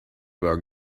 were